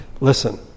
listen